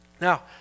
Now